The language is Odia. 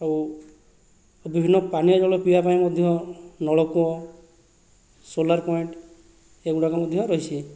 ଆଉ ବିଭିନ୍ନ ପାନୀୟ ଜଳ ପିଇବା ପାଇଁ ମଧ୍ୟ ନଳକୂଅ ସୋଲାର୍ ପଏଣ୍ଟ ଏଗୁଡ଼ାକ ମଧ୍ୟ ରହିଛି